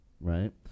right